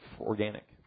organic